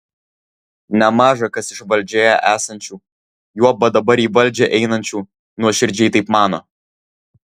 nemaža kas iš valdžioje esančių juoba dabar į valdžią einančių nuoširdžiai taip mano